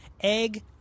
egg